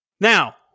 Now